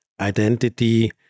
identity